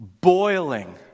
boiling